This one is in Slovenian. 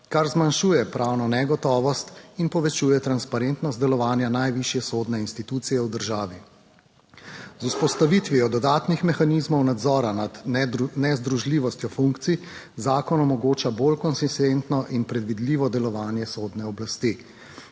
kar zmanjšuje pravno negotovost in povečuje transparentnost delovanja najvišje sodne institucije v državi. Z vzpostavitvijo dodatnih mehanizmov nadzora nad nezdružljivostjo funkcij, zakon omogoča bolj konsistentno in predvidljivo delovanje sodne oblasti.